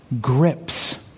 grips